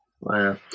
wow